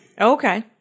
Okay